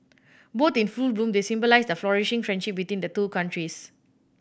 both in full bloom they symbolise the flourishing friendship between the two countries